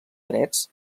drets